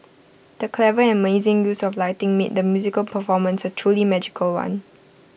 the clever and amazing use of lighting made the musical performance A truly magical one